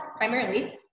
primarily